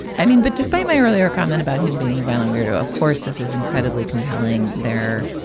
i mean, but despite my earlier comment about him being a violent weirdo, of course, this is incredibly compelling. there,